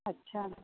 अच्छा